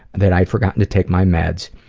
that i had forgotten to take my meds,